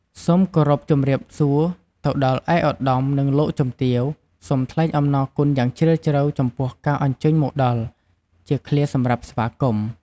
សូមគោរពជម្រាបសួរទៅដល់ឯកឧត្តម និងលោកជំទាវ សូមថ្លែងអំណរគុណយ៉ាងជ្រាលជ្រៅចំពោះការអញ្ជើញមកដល់ ជាឃ្លាសម្រាប់ស្វាគមន៍។